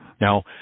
Now